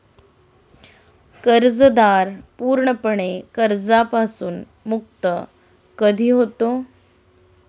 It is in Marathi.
कर्जदार पूर्णपणे कर्जापासून मुक्त कधी होतो?